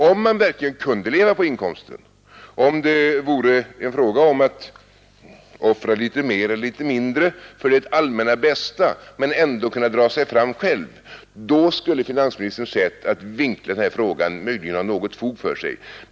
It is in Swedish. Om man verkligen kunde leva på inkomsten, om det vore en fråga om att offra litet mer eller litet mindre för det allmänna bästa men ändå kunna dra sig fram själv, då skulle finansministerns sätt att vinkla den här frågan möjligen ha något fog för sig.